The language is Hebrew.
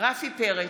רפי פרץ,